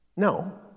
No